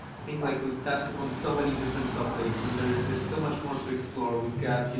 i think like we've touched upon so many different topics and there's there's so much more to explore. we've got,